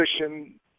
position